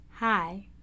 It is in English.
Hi